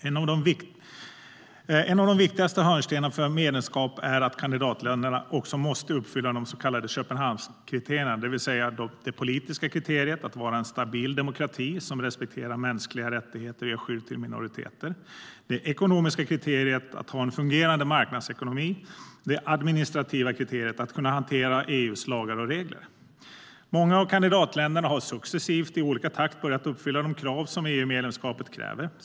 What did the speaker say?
En av de viktigaste hörnstenarna för medlemskap är att kandidatländerna också måste uppfylla de så kallade Köpenhamnskriterierna, det vill säga det politiska kriteriet, att vara en stabil demokrati som respekterar mänskliga rättigheter och ger skydd till minoriteter, det ekonomiska kriteriet, det vill säga att ha en fungerande marknadsekonomi, och det administrativa kriteriet, det vill säga att kunna hantera EU:s lagar och regler. Många av kandidatländerna har successivt, i olika takt, börjat uppfylla de krav som EU-medlemskapet ställer.